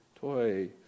toy